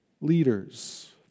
leaders